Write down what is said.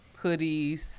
hoodies